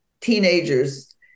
teenagers